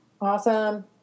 Awesome